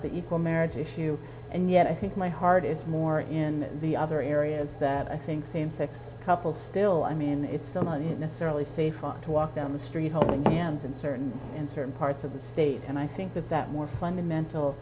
the equal marriage issue and yet i think my heart is more in the other areas that i think same sex well still i mean it's done necessarily safe to walk down the street holding hands in certain and certain parts of the state and i think that that more fundamental